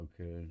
Okay